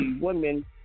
women